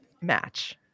match